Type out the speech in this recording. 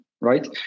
Right